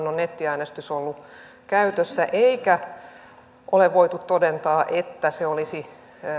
on nettiäänestys ollut käytössä eikä ole voitu todentaa että se olisi